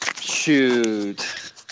Shoot